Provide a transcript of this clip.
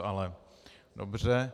Ale dobře.